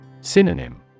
Synonym